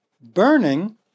burning